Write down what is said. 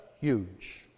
huge